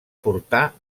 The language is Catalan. portar